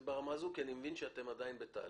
ברמה הזו, כי אני מבין שאתם עדיין בתהליך.